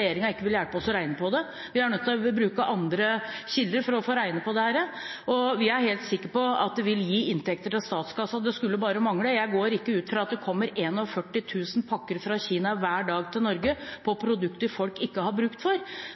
ikke vil hjelpe oss med å regne på det, vi er nødt til å bruke andre kilder for å få regnet på dette. Og vi er helt sikre på at det vil gi inntekter til statskassen – det skulle bare mangle. Jeg går ut fra at det ikke kommer 41 000 pakker fra Kina hver dag til Norge med produkter folk ikke har bruk for.